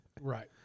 right